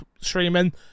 streaming